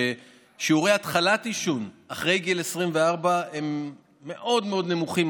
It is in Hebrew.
ששיעורי התחלת עישון אחרי גיל 24 הם מאוד מאוד נמוכים,